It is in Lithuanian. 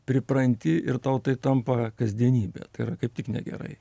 pripranti ir tau tai tampa kasdienybe tai yra kaip tik negerai